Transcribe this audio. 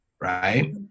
right